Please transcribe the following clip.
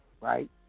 right